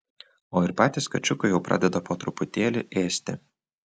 o ir patys kačiukai jau pradeda po truputėlį ėsti